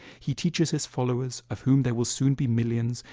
he teaches his followers of whom they will soon be millions,